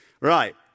Right